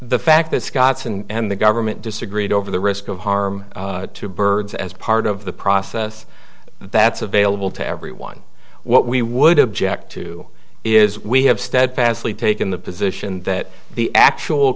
the fact that scots and the government disagreed over the risk of harm to birds as part of the process that's available to everyone what we would object to is we have steadfastly taken the position that the actual